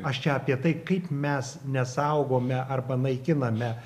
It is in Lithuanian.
aš čia apie tai kaip mes nesaugome arba naikiname